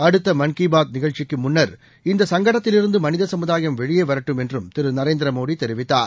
அடுத்தமன் கி பாத் நிகழ்ச்சிக்குமுன்னா் இந்த சங்கடத்திலிருந்துமனிதசமுதாயம் வெளியேவரட்டும் என்றும் திருநரேந்திமோடிதெரிவித்தார்